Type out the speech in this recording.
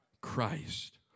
Christ